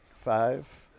Five